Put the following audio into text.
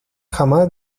jamás